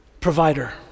provider